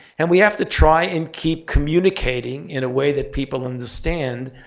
and we have to try and keep communicating in a way that people understand.